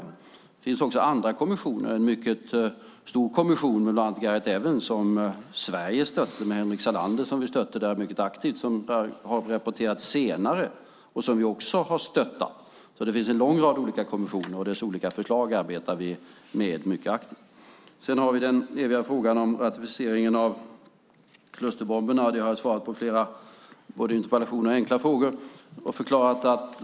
Det finns också andra kommissioner. Det finns en mycket stor kommission med bland annat Gareth Evans och Henrik Salander som Sverige har stöttat aktivt. De har rapporterat vid senare tillfälle. Det finns en lång rad olika kommissioner, och deras olika förslag arbetar vi aktivt med. Sedan har vi den eviga frågan om ratificeringen av konventionen mot klusterbomber. I den frågan har jag svarat på flera interpellationer och enkla frågor.